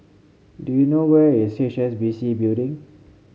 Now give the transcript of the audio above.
do you know where is H S B C Building